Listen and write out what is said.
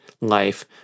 life